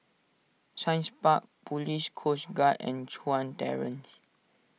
Science Park Police Coast Guard and Chuan Terrace